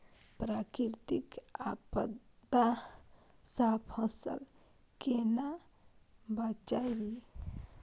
प्राकृतिक आपदा सं फसल केना बचावी?